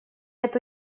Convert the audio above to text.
эту